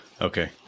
Okay